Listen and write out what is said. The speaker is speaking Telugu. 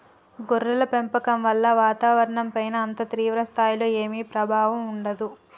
గొర్రెల పెంపకం వల్ల వాతావరణంపైన అంత తీవ్ర స్థాయిలో ఏమీ ప్రభావం ఉండదు